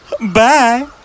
Bye